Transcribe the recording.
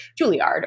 Juilliard